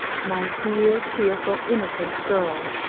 my dear, cheerful, innocent girl,